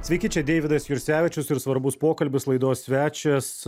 sveiki čia deividas jursevičius ir svarbus pokalbis laidos svečias